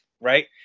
right